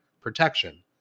protection